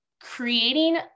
creating